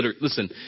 listen